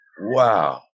wow